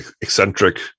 eccentric